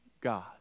God